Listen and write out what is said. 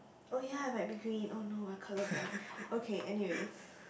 oh ya it might be green oh no I colourblind okay anyways